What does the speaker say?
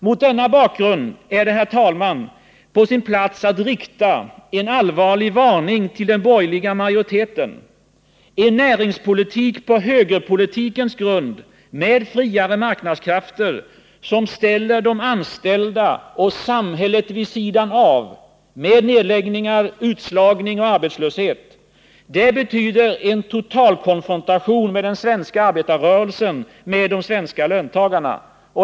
Med denna bakgrund är det på sin plats att rikta en allvarlig varning till den borgerliga majoriteten: En näringspolitik på högerpolitikens grund — med friare marknadskrafter som ställer de anställda och samhället vid sidan av, med nedläggningar, utslagning och arbetslöshet — betyder totalkonfrontation med den svenska arbetarrörelsen, med de svenska löntagarna.